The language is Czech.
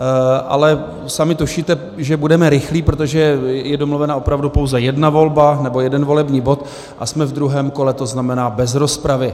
Ale sami tušíte, že budeme rychlí, protože je domluvena opravdu pouze jedna volba, nebo jeden volební bod, a jsme v druhém kole, to znamená bez rozpravy.